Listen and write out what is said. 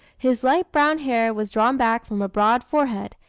his light brown hair was drawn back from a broad forehead,